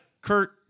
Kurt